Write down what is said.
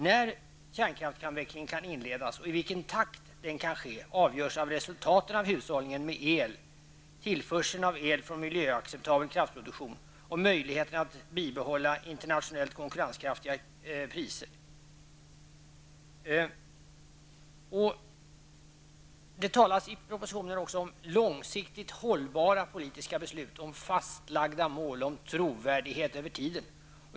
När kärnkraftsavvecklingen kan inledas och i vilken takt den kan ske avgörs av resultaten av hushållningen med el, tillförseln av el från miljöacceptabel kraftproduktion och möjligheterna att bibehålla internationellt konkurrenskraftiga elpriser.'' Det talas i propositionen också om långsiktigt hållbara politiska beslut, om fastlagda mål och om trovärdighet över tiden.